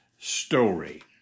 Story